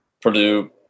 Purdue